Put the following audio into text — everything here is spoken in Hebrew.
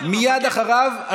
מייד אחריו,